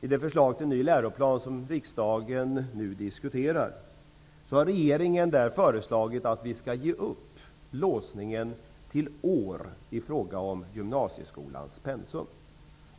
i det förslag till ny läroplan som riksdagen nu diskuterar, för att gå bakifrån i dessa två frågor, har regeringen föreslagit att vi skall ge upp låsningen till år i fråga om gymnasieskolans pensum.